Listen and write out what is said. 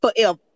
forever